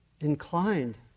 inclined